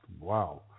Wow